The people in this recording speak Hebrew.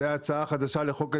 זו הצעה חדשה לחוק ההסדרים.